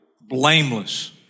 blameless